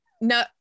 no